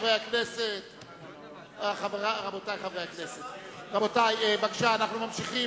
חברי הכנסת, אנחנו ממשיכים